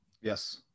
Yes